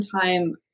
time